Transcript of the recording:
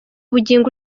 bugingo